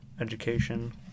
education